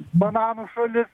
bananų šalis